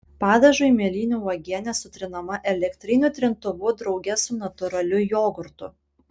padažui mėlynių uogienė sutrinama elektriniu trintuvu drauge su natūraliu jogurtu